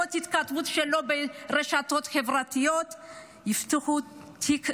בעקבות התכתבות שלו ברשתות החברתיות יפתחו לו תיק,